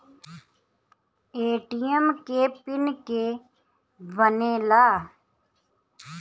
ATM के PIN के के बनेला?